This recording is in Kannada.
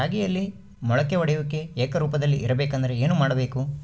ರಾಗಿಯಲ್ಲಿ ಮೊಳಕೆ ಒಡೆಯುವಿಕೆ ಏಕರೂಪದಲ್ಲಿ ಇರಬೇಕೆಂದರೆ ಏನು ಮಾಡಬೇಕು?